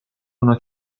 una